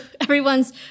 everyone's